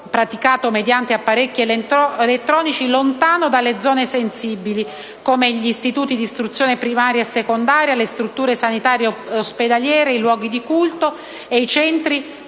praticato mediante apparecchi elettronici lontano dalle zone sensibili, come gli istituti di istruzione primaria e secondaria, le strutture sanitarie e ospedaliere, i luoghi di culto e i centri